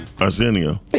Arsenio